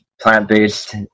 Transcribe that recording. plant-based